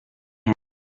hand